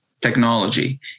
technology